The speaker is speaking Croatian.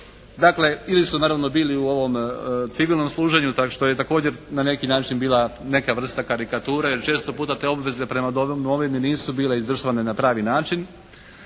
Dakle ili su naravno bili u ovom civilnom služenju što je također na neki način bila neka vrsta karikature jer često puta te obveze prema domovini nisu bile … /Govornik